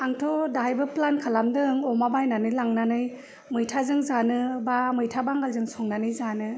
आंथ' दाहायबो प्लान खालामदों अमा बायनानै लांनानै मैथाजों जानो बा मैथा बांगालजों संनानै जानो